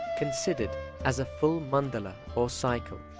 considered as a full mandala or cycle,